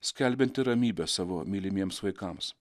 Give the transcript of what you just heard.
skelbiantį ramybę savo mylimiems vaikams